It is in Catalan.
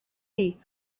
dir